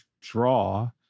draw